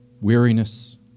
weariness